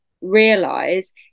realize